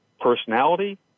personality